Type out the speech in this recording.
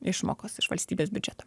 išmokos iš valstybės biudžeto